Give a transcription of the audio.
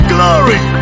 Glory